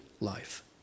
life